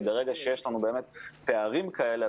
וברגע שיש לנו פערים כאלה,